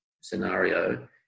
scenario